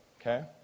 okay